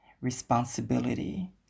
responsibility